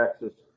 Texas